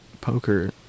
poker